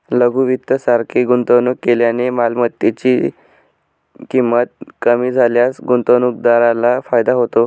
लघु वित्त सारखे गुंतवणूक केल्याने मालमत्तेची ची किंमत कमी झाल्यास गुंतवणूकदाराला फायदा होतो